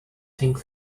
think